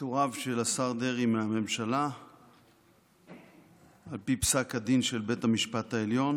פיטוריו של השר דרעי מהממשלה על פי פסק הדין של בית המשפט העליון.